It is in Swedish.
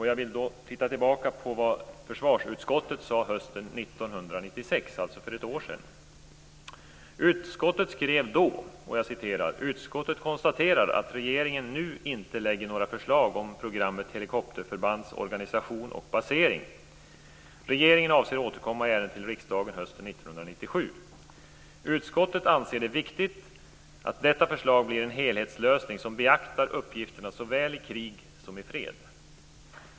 Jag vill då titta tillbaks på vad försvarsutskottet sade hösten 1996, alltså för ett år sedan. Utskottet skrev då följande: Utskottet konstaterar att regeringen nu inte lägger några förslag om programmet Helikopterförbands organisation och basering. Regeringen avser återkomma till riksdagen i ärendet hösten 1997. Utskottet anser det viktigt att detta förslag blir en helhetslösning som beaktar uppgifterna såväl i krig som i fred.